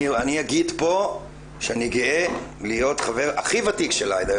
אני אגיד פה שאני גאה להיות חבר הכי ותיק של עאידה,